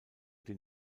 den